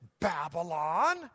Babylon